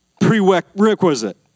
prerequisite